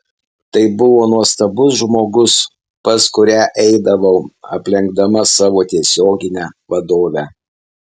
tai buvo nuostabus žmogus pas kurią eidavau aplenkdama savo tiesioginę vadovę